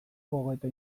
gogoeta